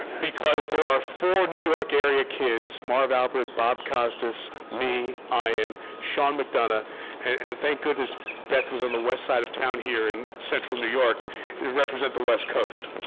because there are four new york area kids, marv albert, bob costas, me, ian, sean mcdonough and thank goodness beth was on the west side of town here in central new york who represent the west coast.